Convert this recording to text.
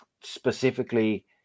specifically